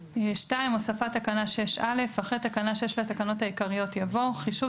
"הוספת תקנה 6א 2.אחרי תקנה 6 לתקנות העיקריות יבוא: "חישוב